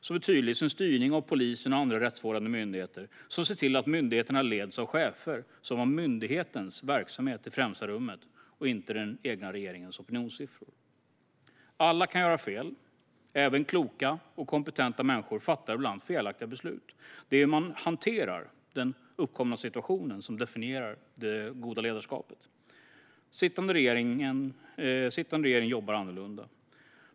Den är tydlig i sin styrning av polisen och andra rättsvårdande myndigheter och ser till att myndigheterna leds av chefer som sätter myndighetens verksamhet i främsta rummet - inte den egna regeringens opinionssiffror. Alla kan göra fel; även kloka och kompetenta människor fattar ibland felaktiga beslut. Det är hur man hanterar den uppkomna situationen som definierar det goda ledarskapet. Den sittande regeringen jobbar annorlunda.